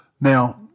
Now